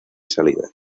salida